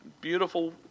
beautiful